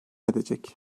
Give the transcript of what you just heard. edecek